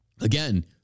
again